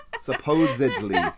Supposedly